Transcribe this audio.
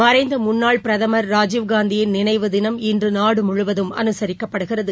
மறைன்த முன்னாள் பிரதமர் ராஜீவ்காந்தியின் நினைவு தினம் இன்று நாடு முழுவதும் அனுசரிக்கப்படுகிறது